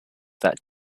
that